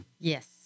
Yes